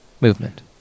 movement